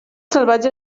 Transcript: salvatge